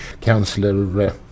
Councillor